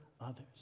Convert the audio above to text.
others